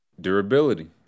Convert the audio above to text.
Durability